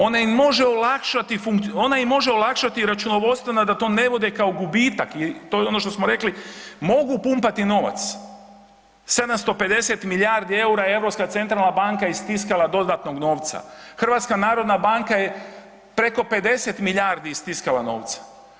Ona im može olakšati računovodstveno da to ne vode kao gubitak i to je ono što smo rekli, mogu pumpati novac, 750 milijardi eura je Europska centralna banka istiskala dodatnog novca, HNB je preko 50 milijardi istiskala novca.